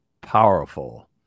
powerful